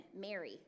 Mary